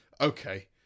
okay